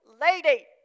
lady